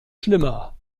schlimmer